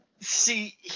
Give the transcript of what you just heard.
See